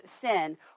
sin